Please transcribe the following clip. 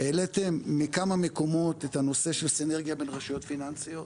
העליתם מכמה מקומות את הנושא של סינרגיה בין רשויות פיננסיות.